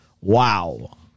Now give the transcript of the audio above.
Wow